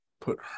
put